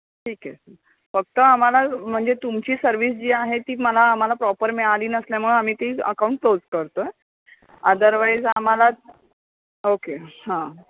ठीक आहे फक्त आम्हाला म्हणजे तुमची सर्विस जी आहे ती मला आम्हाला प्रॉपर मिळाली नसल्यामुळं आम्ही ती अकाऊंट क्लोज करतो आहे अदरवाईज आम्हाला ओके हां